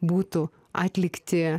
būtų atlikti